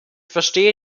verstehe